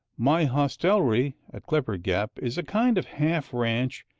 my hostelry at clipper gap is a kind of half ranch,